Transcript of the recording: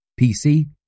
PC